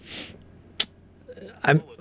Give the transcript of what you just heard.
I